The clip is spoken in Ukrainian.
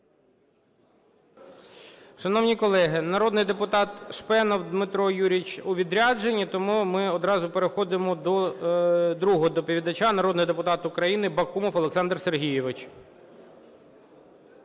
Шановні колеги, народний депутат Шпенов Дмитро Юрійович у відрядженні, тому ми одразу переходимо до другого доповідача. Народний депутат України Бакумов Олександр Сергійович.